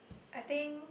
I think